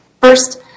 First